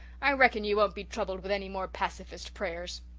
i reckon you won't be troubled with any more pacifist prayers.